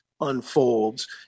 unfolds